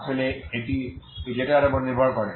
আসলে এটি এই ডেটার উপর নির্ভর করে